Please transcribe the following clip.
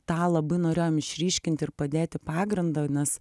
tą labai norėjom išryškinti ir padėti pagrindą nes